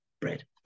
bread